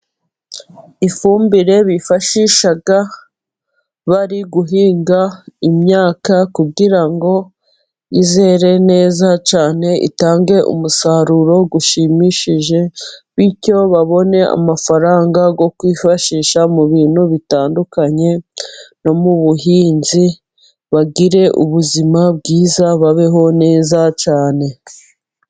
Ifumbire bifashisha bari guhinga imyaka, kugira ngo izere neza cyane itange umusaruro ushimishije, bityo babone amafaranga yo kwifashisha mu bintu bitandukanye no mu buhinzi, bagire ubuzima bwiza, babeho neza cyane.